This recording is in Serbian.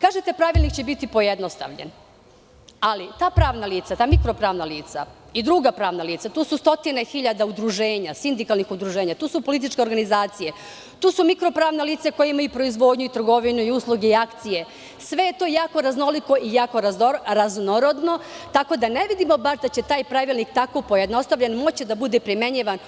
Kažete - pravilnik će biti pojednostavljen, ali ta pravna lica, ta mikro pravna lica i druga pravna lica, tu su stotine hiljada udruženja, sindikalnih udruženja, tu su političke organizacije, tu su mikro pravna lica koja imaju proizvodnju, trgovinu, usluge i akcije, sve je to jako raznoliko i jako raznorodno, tako da ne vidimo baš da će taj pravilnik tako pojednostavljen moći da bude primenjivan